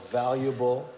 valuable